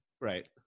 Right